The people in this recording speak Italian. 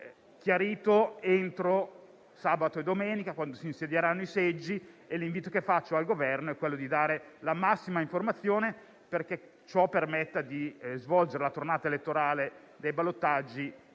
chiariti entro sabato e domenica, quando si insedieranno i seggi. L'invito che rivolgo al Governo è quello di dare la massima informazione perché ciò permette di svolgere la tornata elettorale dei ballottaggi